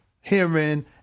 hearing